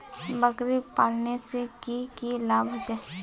बकरी पालने से की की लाभ होचे?